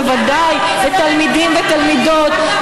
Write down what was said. בוודאי לתלמידים ותלמידות,